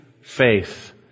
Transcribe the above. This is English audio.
faith